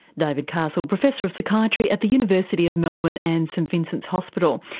david castle, professor of psychiatry at the university of melbourne and st vincent's hospital.